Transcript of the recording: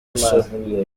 misoro